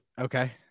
Okay